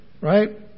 right